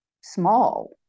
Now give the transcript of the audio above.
small